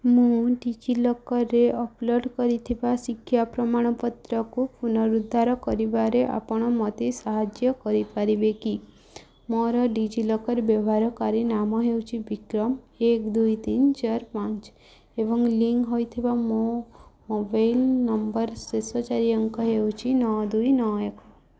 ମୁଁ ଡିଜିଲକର୍ରେ ଅପଲୋଡ଼୍ କରିଥିବା ଶିକ୍ଷା ପ୍ରମାଣପତ୍ରକୁ ପୁନରୁଦ୍ଧାର କରିବାରେ ଆପଣ ମୋତେ ସାହାଯ୍ୟ କରିପାରିବେ କି ମୋର ଡିଜିଲକର୍ ବ୍ୟବହାରକାରୀ ନାମ ହେଉଛି ବିକ୍ରମ ଏକ ଦୁଇ ତିନ ଚାର ପାଞ୍ଚ ଏବଂ ଲିଙ୍କ୍ ହୋଇଥିବା ମୋ ମୋବାଇଲ୍ ନମ୍ବର୍ର ଶେଷ ଚାରି ଅଙ୍କ ହେଉଛି ନଅ ଦୁଇ ନଅ ଏକ